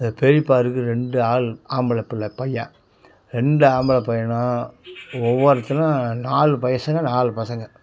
எங்கள் பெரியப்பாவுக்கு ரெண்டு ஆள் ஆம்பிளப் பிள்ள பையன் ரெண்டு ஆம்பிளப் பையனும் ஒவ்வொருத்தனும் நாலு பசங்க நாலு பசங்கள்